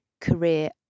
career